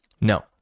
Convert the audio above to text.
No